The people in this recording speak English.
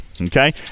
Okay